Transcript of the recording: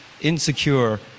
insecure